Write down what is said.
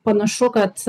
panašu kad